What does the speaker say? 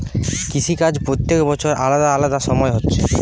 কৃষি কাজ প্রত্যেক বছর আলাদা আলাদা সময় হচ্ছে